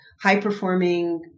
high-performing